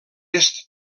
est